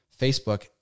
Facebook